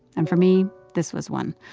and for me, this was one.